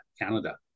Canada